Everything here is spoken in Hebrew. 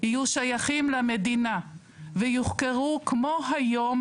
יהיו שייכים למדינה ויוחכרו כמו היום